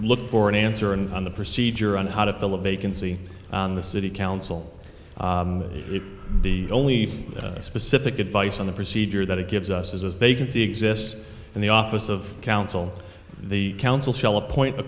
look for an answer and on the procedure on how to fill a vacancy in the city council the only specific advice on the procedure that it gives us as they can see exists and the office of council the council shall appoint a